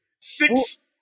six